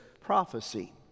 Prophecy